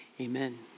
amen